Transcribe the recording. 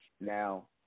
Now